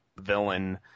villain